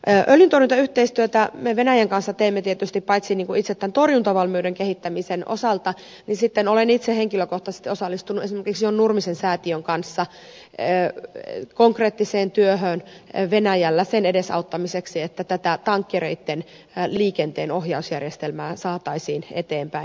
öljyntorjuntayhteistyötä me venäjän kanssa teemme tietysti tämän torjuntavalmiuden kehittämisen osalta mutta sitten myös olen itse henkilökohtaisesti osallistunut esimerkiksi john nurmisen säätiön kanssa konkreettiseen työhön venäjällä sen edesauttamiseksi että tätä tankkereitten liikenteenohjausjärjestelmää saataisiin eteenpäin